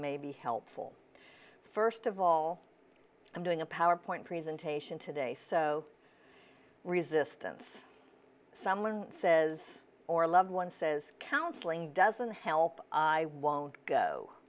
may be helpful first of all i'm doing a powerpoint presentation today so resistance someone says or a loved one says counseling doesn't help i won't go